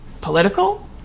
political